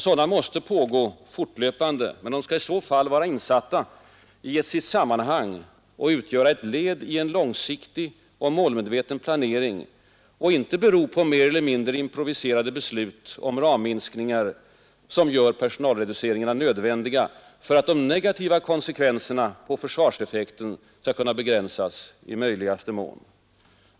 Sådana måste pågå fortlöpande, men de skall i så fall vara insatta i sitt sammanhang och utgöra led i en långsiktig och målmedveten planering och inte bero på mer eller mindre improviserade beslut om ramminskningar som gör personalreduceringarna nödvändiga för att de negativa konsekvenserna på försvarseffekten skall kunna begränsas i möjligaste mån.